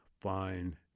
fine